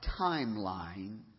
timeline